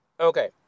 Okay